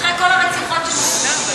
אחרי כל הרציחות שהם עשו.